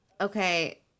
Okay